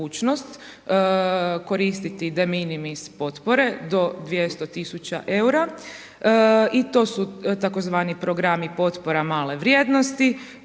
koristiti de minimis potpore do 200.000 EUR-a, i to su tako zvani programi potpora male vrijednosti